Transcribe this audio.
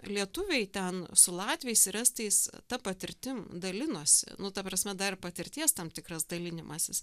lietuviai ten su latviais ir estais ta patirtim dalinosi nu ta prasme dar ir patirties tam tikras dalinimasis